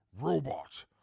Robot